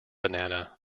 banana